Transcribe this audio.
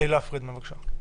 חברת הכנסת פרידמן, בבקשה.